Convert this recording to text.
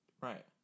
Right